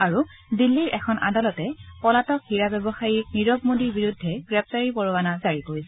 আৰু দিল্লীৰ এখন আদালতে পলাতক হীৰা ব্যৱসায়ী নীৰৱ মোডীৰ বিৰুদ্ধে গ্ৰেপ্তাৰী পৰৱানা জাৰি কৰিছে